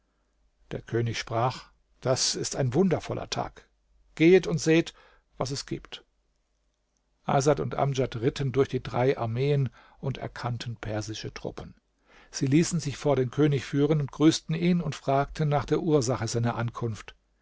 der könig sprach das ist ein wundervoller tag gehet und seht was es gibt asad und amdjad ritten durch die drei armeen und erkannten persische truppen sie ließen sich vor dem könig führen grüßten ihn und fragten nach der ursache seiner ankunft